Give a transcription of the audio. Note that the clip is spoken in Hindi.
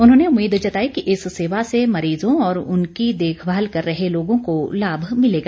उन्होंने उम्मीद जताई कि इस सेवा से मरीज़ों और उनकी देखभाल कर रहे लोगों को लाभ मिलेगा